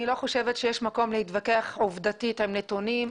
אני לא חושבת שיש מקום להתווכח עובדתית עם נתונים.